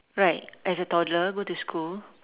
right as a toddler go to school